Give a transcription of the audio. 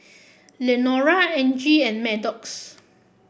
Lenora Angie and Maddox